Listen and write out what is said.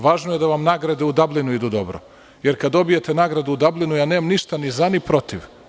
Važno je da vam nagrade u Dablinu idu dobro, jer kad dobijete nagradu u Dablinu ja nemam ništa ni za ni protiv.